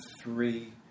three